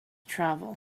travel